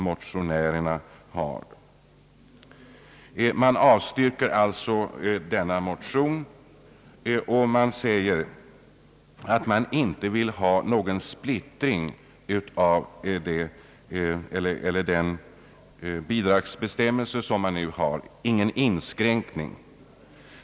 Motionen avstyrkes med förklaringen att förslaget bör genomföras »utan inskränkningar».